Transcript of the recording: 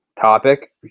topic